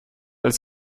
als